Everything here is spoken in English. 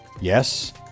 Yes